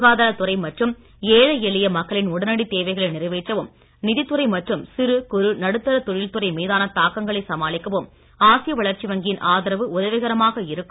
சுகாதார துறை மற்றும் ஏழை எளிய மக்களின் உடனடி தேவைகளை நிறைவேற்றவும் நிதிதுறை மற்றும் சிறு குறு நடுத்தர தொழில் துறை மீதான தாக்கங்களை சமாளிக்கவும் ஆசிய வளர்ச்சி வங்கியின் ஆதரவு உதவிகரமாக இருக்கும்